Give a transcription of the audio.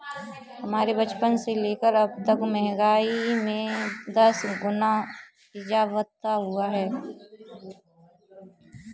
हमारे बचपन से लेकर अबतक महंगाई में दस गुना इजाफा हुआ है